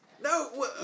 No